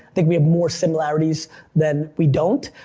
think we have more similarities than we don't,